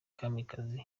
kamikazi